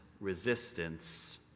resistance